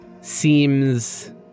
seems